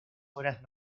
horas